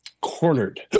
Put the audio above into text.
cornered